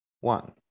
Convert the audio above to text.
one